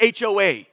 HOA